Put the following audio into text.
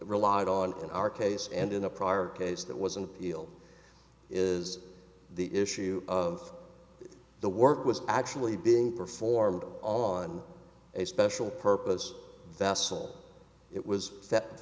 relied on in our case and in a prior case that was an appeal is the issue of the work was actually being performed on a special purpose vassal it was s